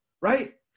Right